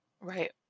Right